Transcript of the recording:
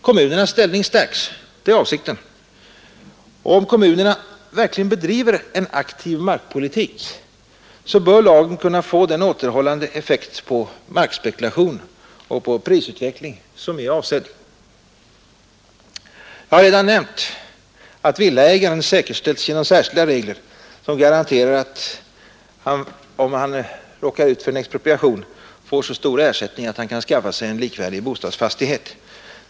Kommunernas ställning stärks — det är avsikten — och om kommunerna verkligen bedriver en aktiv markpolitik bör lagen kunna få den återhållande effekt på markspekulation och prisutveckling som avsetts. Jag har redan nämnt att villaägaren säkerställs genom särskilda regler som garanterar att han, om han råkar ut för en expropriation, får så stor ersättning att han kan skaffa sig en likvärdig bostadsfastighet.